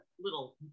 little